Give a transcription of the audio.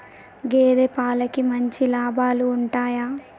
గేదే పాలకి మంచి లాభాలు ఉంటయా?